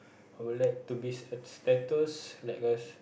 I would like to be a status like us